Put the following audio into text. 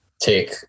take